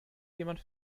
jemand